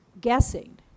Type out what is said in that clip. guessing